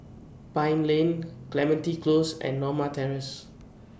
Pine Lane Clementi Close and Norma Terrace